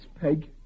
Peg